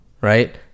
right